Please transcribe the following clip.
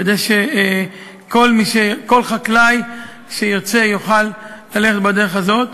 כדי שכל חקלאי שירצה יוכל ללכת בדרך הזאת,